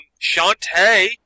Shantae